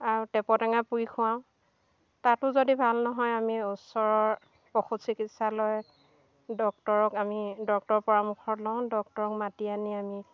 আৰু টেপৰটেঙা পুৰি খুৱাওঁ তাতো যদি ভাল নহয় আমি ওচৰৰ পশু চিকিৎসালয় ডক্টৰক আমি ডক্টৰৰ পৰামৰ্শ লওঁ ডক্টৰক মাতি আনি আমি